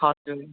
हजुर